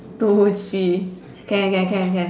two three can can can can